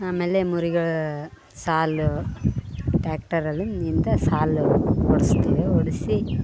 ಆಮೇಲೆ ಮುರಿಗಳ ಸಾಲು ಟ್ಯಾಕ್ಟರಲ್ಲಿ ಇಂಥ ಸಾಲು ಹೊಡೆಸ್ತೀವಿ ಹೊಡೆಸಿ